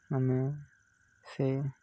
ଆମେ ସେ